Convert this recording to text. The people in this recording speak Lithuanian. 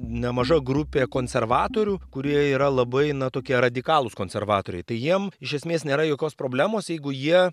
nemaža grupė konservatorių kurie yra labai na tokie radikalūs konservatoriai tai jiem iš esmės nėra jokios problemos jeigu jie